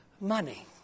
money